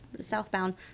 southbound